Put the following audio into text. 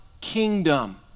kingdom